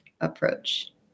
approach